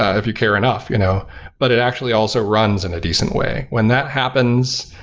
ah if you care enough, you know but it actually also runs in a decent way. when that happens,